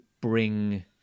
bring